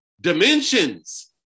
dimensions